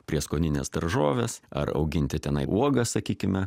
prieskonines daržoves ar auginti tenai uogas sakykime